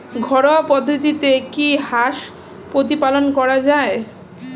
ঘরোয়া পদ্ধতিতে কি হাঁস প্রতিপালন করা যায়?